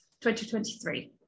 2023